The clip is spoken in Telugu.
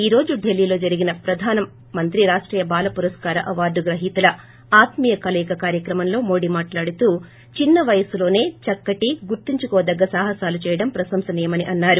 ఈ రోజు ఢిల్లీలో జరిగిన ప్రధాన మంత్రి రాష్టీయ బాల పురస్కార అవార్లు గ్రహీతల ఆత్మీయ కలయిక కార్యక్రమంలో మోదీ మాట్లాడుతూ చిన్న వయస్తులోనే చక్కటి గుర్తుంచుకోదొగ్గ సాహసాలు చేయడం ప్రశంసనీయమని అన్నారు